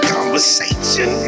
Conversation